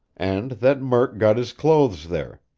and that murk got his clothes there.